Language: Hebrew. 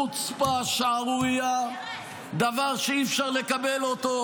חוצפה, שערורייה, דבר שאי-אפשר לקבל אותו,